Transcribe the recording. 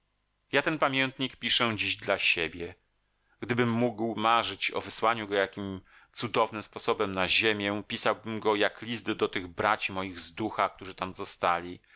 ja ten pamiętnik piszę dziś dla siebie gdybym mógł marzyć o wysłaniu go jakim cudownym sposobem na ziemię pisałbym go jak list do tych braci moich z ducha którzy tam zostali